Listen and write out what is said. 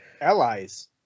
allies